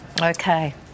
Okay